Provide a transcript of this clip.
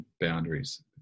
boundaries